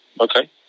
okay